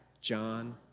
John